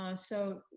um so,